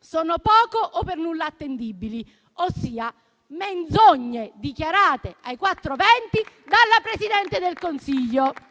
sono poco o per nulla attendibili, ossia, menzogne dichiarate ai quattro venti dalla Presidente del Consiglio.